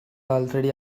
already